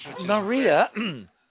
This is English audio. Maria